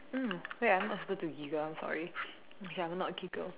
mm wait ah I'm not supposed to giggle I'm sorry okay I will not giggle